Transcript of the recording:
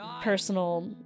personal